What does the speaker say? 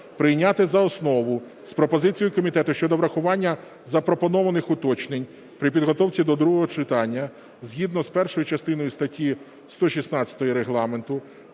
прийняти за основу з пропозицією комітету щодо врахування запропонованих уточнень при підготовці до другого читання згідно з першою частиною статті 116 Регламенту